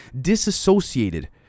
disassociated